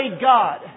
God